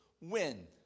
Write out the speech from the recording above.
win